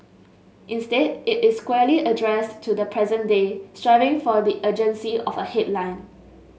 instead it is squarely addressed to the present day striving for the urgency of a headline